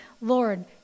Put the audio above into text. Lord